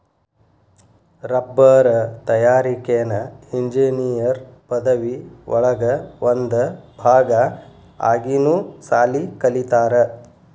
ರಬ್ಬರ ತಯಾರಿಕೆನ ಇಂಜಿನಿಯರ್ ಪದವಿ ಒಳಗ ಒಂದ ಭಾಗಾ ಆಗಿನು ಸಾಲಿ ಕಲಿತಾರ